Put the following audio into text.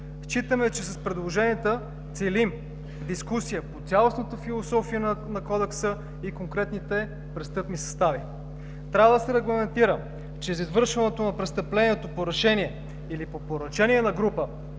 Считаме, че с предложенията целим дискусия по цялостната философия на Кодекса и конкретните престъпни състави. Трябва да се регламентира, че за извършването на престъплението по решение или по поръчение на група,